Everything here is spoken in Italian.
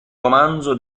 romanzo